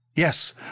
Yes